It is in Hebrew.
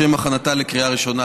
לשם הכנתה לקריאה ראשונה.